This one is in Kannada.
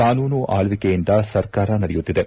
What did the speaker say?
ಕಾನೂನು ಆಳ್ವಿಕೆಯಿಂದ ಸರ್ಕಾರ ನಡೆಯುತ್ತಿದೆ